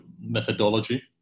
methodology